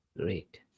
Great